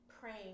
praying